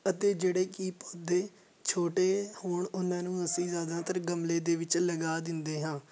ਅਤੇ ਜਿਹੜੇ ਕਿ ਪੌਦੇ ਛੋਟੇ ਹੋਣ ਉਹਨਾਂ ਨੂੰ ਅਸੀਂ ਜ਼ਿਆਦਾਤਰ ਗਮਲੇ ਦੇ ਵਿੱਚ ਲਗਾ ਦਿੰਦੇ ਹਾਂ